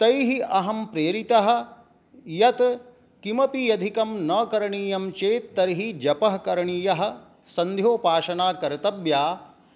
तैः अहं प्रेरितः यत् किमपि अधिकं न करणीयं चेत् तर्हि जपः करणीयः सन्ध्योपासना कर्तव्या